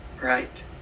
right